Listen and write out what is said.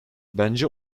bence